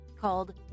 called